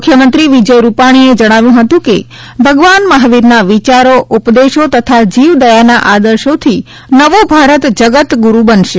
મુખ્યમંત્રી વિજય રૂપાણીએ જણાવ્યું હતું કે ભગવાન મહાવીરના વિચારો ઉપદેશો તથા જીવદયાના આદર્શોથી નવું ભારત જગતગુરૂ બનશે